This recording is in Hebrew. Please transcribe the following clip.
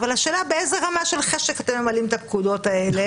אבל השאלה באיזו רמה של חשק אתם ממלאים את הפקודות האלה